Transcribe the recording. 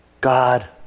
God